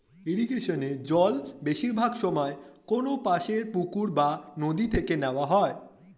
ইরিগেশনে জল বেশিরভাগ সময়ে কোনপাশের পুকুর বা নদি থেকে নেওয়া হয়